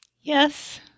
Yes